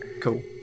Cool